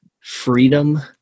freedom